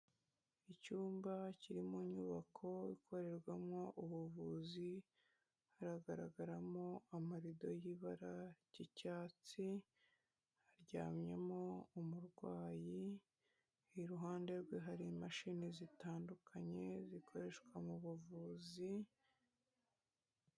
Icyumba kiri mu nyubako ikorerwamo ubuvuzi, haragaragaramo amarido y'ibara ry'icyatsi, haryamyemo umurwayi, iruhande rwe hari imashini zitandukanye zikoreshwa mu buvuzi.